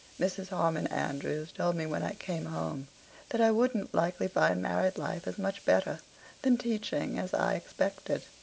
mrs. harmon andrews told me when i came home that i wouldn't likely find married life as much better than teaching as i expected.